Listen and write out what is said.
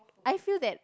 I feel that